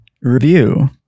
review